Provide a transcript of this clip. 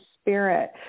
spirit